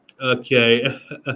Okay